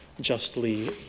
justly